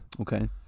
Okay